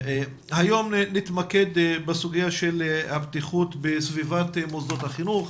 היום נתמקד בסוגיה של הבטיחות בסביבת מוסדות החינוך,